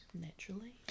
Naturally